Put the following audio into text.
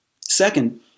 Second